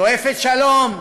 שואפת שלום,